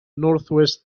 northwest